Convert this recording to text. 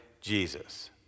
Jesus